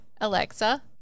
Alexa